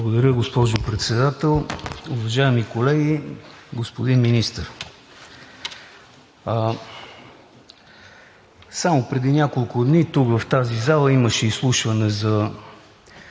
Благодаря, госпожо Председател. Уважаеми колеги, господин Министър! Само преди няколко дни тук, в тази зала, имаше изслушване за